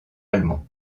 allemands